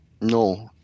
No